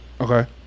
okay